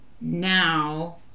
now